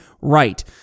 right